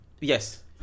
Yes